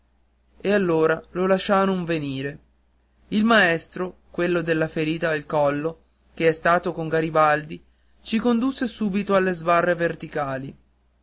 e allora lo lasciaron venire il maestro quello della ferita al collo che è stato con garibaldi ci condusse subito alle sbarre verticali